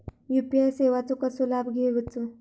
UPI सेवाचो कसो लाभ घेवचो?